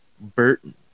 Burton